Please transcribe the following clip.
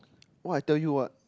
what I tell you what